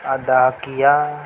ادا کیا